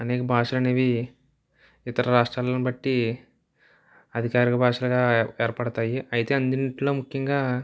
అనేక భాషలనేవి ఇతర రాష్ట్రాలను బట్టి అధికారిక భాషలుగా ఏర్పడతాయి అయితే అన్నిటిలో ముఖ్యంగా